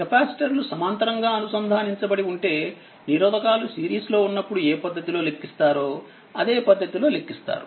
కెపాసిటర్లు సమాంతరముగా అనుసంధానించబడి ఉంటే నిరోధకాలు సిరీస్ లో ఉన్నప్పుడు ఏ పద్ధతిలో లెక్కిస్తారో అదే పద్ధతిలో లెక్కిస్తారు